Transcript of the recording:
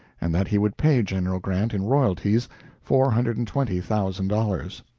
and that he would pay general grant in royalties four hundred and twenty thousand dollars.